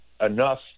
enough